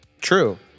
True